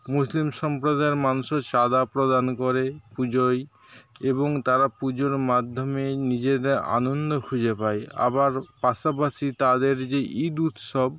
মুসলিম সম্প্রদায়ের মানুষও চাঁদা প্রদান করে পুজোয় এবং তারা পুজোর মাধ্যমে নিজেদের আনন্দ খুঁজে পায় আবার পাশাপাশি তাদের যে ঈদ উৎসব